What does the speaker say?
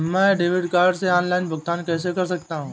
मैं debit card से online भुगतान कैसे कर सकता हूँ?